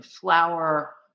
flour